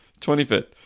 25th